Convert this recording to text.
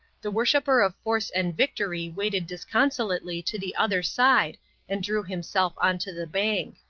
the worshipper of force and victory waded disconsolately to the other side and drew himself on to the bank.